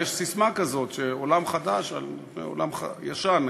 יש ססמה כזאת: עולם חדש על פני עולם ישן נקימה,